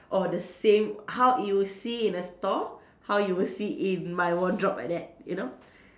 or the same how you'll see in a stall how you would see in my wardrobe like that you know